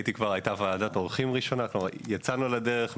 הייתה ועדת עורכים ראשונה, כלומר יצאנו לדרך.